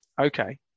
okay